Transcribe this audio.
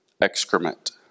excrement